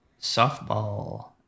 softball